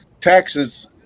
taxes